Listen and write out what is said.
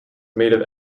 made